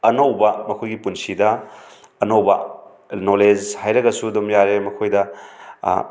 ꯑꯅꯧꯕ ꯃꯈꯣꯏꯒꯤ ꯄꯨꯟꯁꯤꯗ ꯑꯅꯧꯕ ꯅꯣꯂꯦꯖ ꯍꯥꯏꯔꯒꯁꯨ ꯑꯗꯨꯝ ꯌꯥꯔꯦ ꯃꯈꯣꯏꯗ